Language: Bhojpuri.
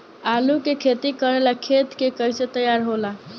आलू के खेती करेला खेत के कैसे तैयारी होला?